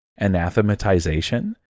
anathematization